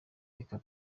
reka